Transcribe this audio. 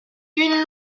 une